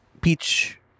peach